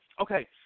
okay